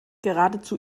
geradezu